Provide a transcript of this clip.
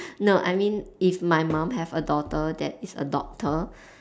no I mean if my mum have a daughter that is a doctor